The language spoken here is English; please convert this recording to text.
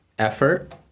effort